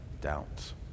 doubts